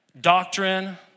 doctrine